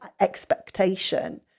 expectation